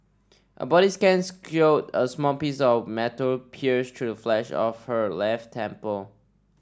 a body scans showed a small piece of metal pierced through the flesh of her left temple